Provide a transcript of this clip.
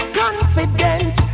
confident